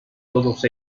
todos